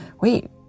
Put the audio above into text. wait